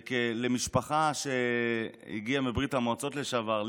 וכמשפחה שהגיעה מברית המועצות לשעבר,